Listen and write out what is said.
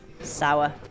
Sour